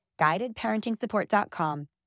guidedparentingsupport.com